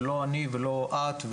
ולא אני ולא את,